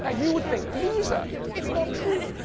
ah you would think, loser, it's not true.